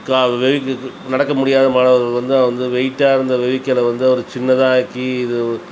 கால் வெகிக்கி நடக்க முடியாத மாணவர்களுக்கு வந்து வந்து வெய்ட்டாக இருந்த வெகிக்களை வந்து அவர் சின்னதாக ஆக்கி இது